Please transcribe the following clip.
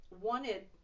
wanted